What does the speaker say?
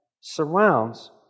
surrounds